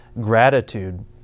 gratitude